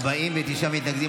49 מתנגדים.